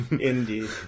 Indeed